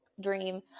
dream